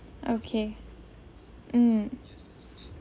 okay um